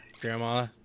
Grandma